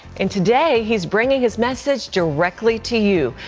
and today he's bringing his message directly to you.